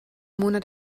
monat